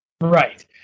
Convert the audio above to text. Right